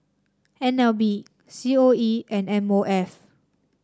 N L B C O E and M O F